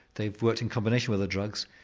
they've worked in combination with the drugs.